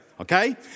Okay